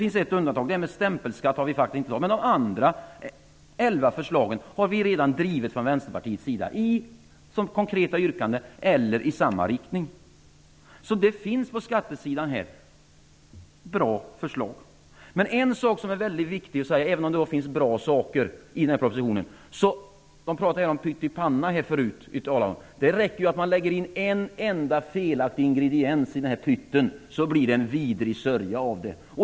Undantaget är förslaget om stämpelskatt, men de andra 11 förslagen har vi redan drivit från vänsterpartiets sida som konkreta yrkanden eller i samma riktning. Så det finns på skattesidan förslag som är bra. De talades om pyttipanna här tidigare. Det räcker ju med att man lägger i en enda felaktig ingrediens i pytten, så blir det en vidrig sörja av den.